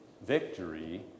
victory